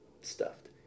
stuffed